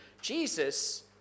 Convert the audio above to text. Jesus